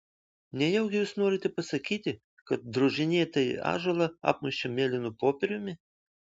nejaugi jūs norite pasakyti kad drožinėtąjį ąžuolą apmušė mėlynu popieriumi